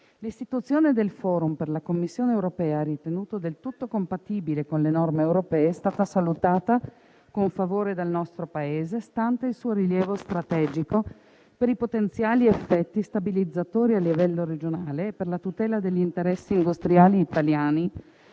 L'istituzione del Forum, per la Commissione europea ritenuto del tutto compatibile con le norme europee, è stata salutata con favore dal nostro Paese, stante il suo rilievo strategico per i potenziali effetti stabilizzatori a livello regionale e per la tutela degli interessi industriali italiani